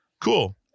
cool